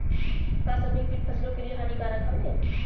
का सभी कीट फसलों के लिए हानिकारक हवें?